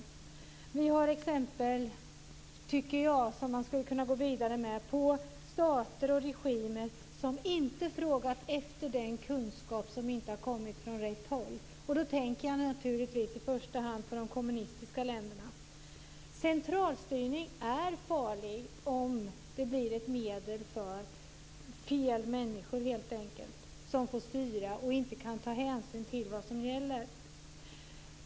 Det finns exempel som jag tycker att man skulle kunna gå vidare med på stater och regimer som inte frågar efter den kunskap som inte har kommit från rätt håll. Jag tänker då naturligtvis i första hand på de kommunistiska länderna. Centralstyrning är farlig om den blir ett medel för fel människor som får styra och inte kan ta hänsyn till vad som gäller.